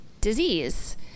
disease